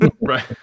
Right